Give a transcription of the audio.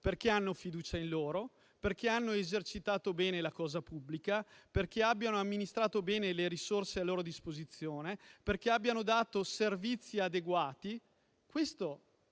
perché hanno fiducia in loro, perché hanno esercitato bene la cosa pubblica, hanno amministrato bene le risorse a loro disposizione e fornito servizi adeguati. Questo